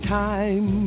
time